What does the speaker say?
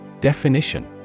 Definition